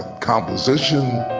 composition